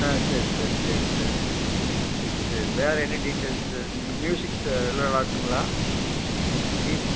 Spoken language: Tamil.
ஆ சரி சார் சரி சார் சரி வேறு எனி டீடைல்ஸு மியூசிக்ஸு எல்லாம் நல்லாயிருக்குங்களா மியூசிக்ஸ்